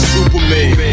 Superman